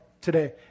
today